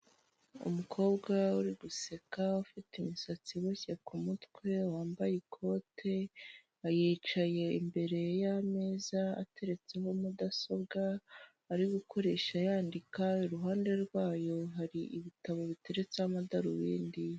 Umukobwa uri guseka ufite imisatsi iboshye ku mutwe, wambaye ikote, yicaye imbere y'ameza ateretseho mudasobwa ari gukoresha yandika, iruhande rwayo hari ibitabo biteretseho amadarubindi.